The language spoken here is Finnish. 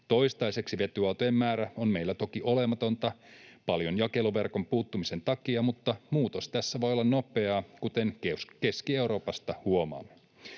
Toistaiseksi vetyautojen määrä on meillä toki olematon, paljon jakeluverkon puuttumisen takia, mutta muutos tässä voi olla nopeaa, kuten Keski-Euroopasta huomaamme.